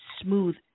smooth